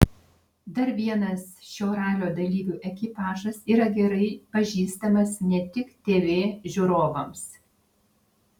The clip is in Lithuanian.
dar vienas šio ralio dalyvių ekipažas yra gerai pažįstamas ne tik tv žiūrovams